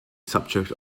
subject